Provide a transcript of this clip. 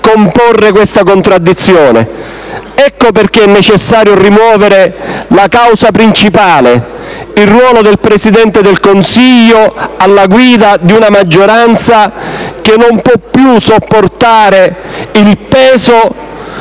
comporre questa contraddizione. Ecco perché è necessario rimuovere la causa principale, il ruolo del Presidente del Consiglio alla guida di una maggioranza che non può più sopportare il peso